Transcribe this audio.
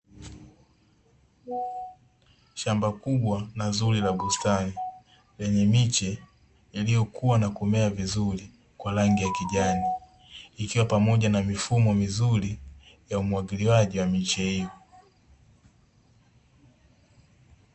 Shamba kubwa na zuri la bustani yenye miche iliyokuwa na kumea vizuri kwa rangi ya kijani ikiwa ni pamoja na mifumo mizuri ya umwagiliaji wa miche hiyo.